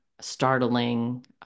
startling